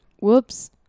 Whoops